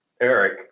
eric